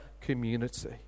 community